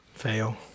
fail